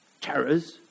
terrors